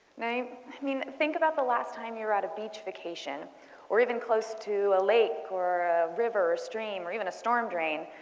i mean think about the last time you were at a beach vacation or even close to a lake or a river or stream, or even a storm drain.